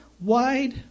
wide